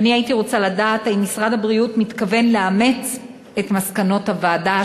ואני הייתי רוצה לדעת האם משרד הבריאות מתכוון לאמץ את מסקנות הוועדה,